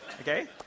Okay